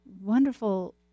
wonderful